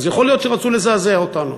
אז יכול להיות שרצו לזעזע אותנו.